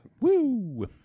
woo